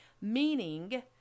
meaning